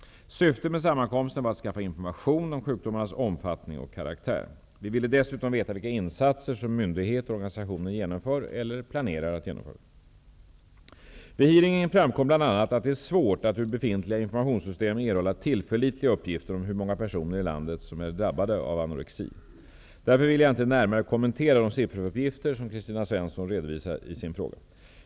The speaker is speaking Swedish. Syftet med sammankomsten var att skaffa information om sjukdomarnas omfattning och karaktär. Vi ville dessutom veta vilka insatser som myndigheter och organisationer genomför eller planerar att genomföra. Vid hearingen framkom bl.a. att det är svårt att ur befintliga informationssystem erhålla tillförlitliga uppgifter om hur många personer i landet som är drabbade av anorexi. Därför vill jag inte närmare kommentera de sifferuppgifter som Kristina Svensson redovisar i sin fråga.